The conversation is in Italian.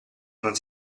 non